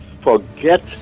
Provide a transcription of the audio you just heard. Forget